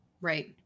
Right